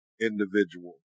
individual